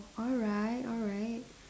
alright alright